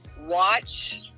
watch